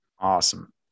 Awesome